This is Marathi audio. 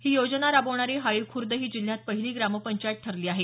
ही योजना राबवणारी हाळी खुर्द ही जिल्ह्यात पहिली ग्रामपंचायत ठरली आहे